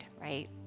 right